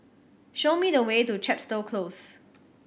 show me the way to Chepstow Close